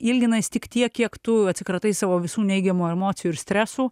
ilgina jis tik tiek kiek tu atsikratai savo visų neigiamų emocijų ir stresų